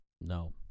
No